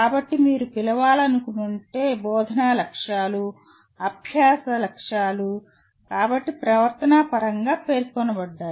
కాబట్టి మీరు పిలవాలనుకుంటే బోధనా లక్ష్యాలు అభ్యాస లక్ష్యాలు కాబట్టి ప్రవర్తనా పరంగా పేర్కొనబడ్డాయి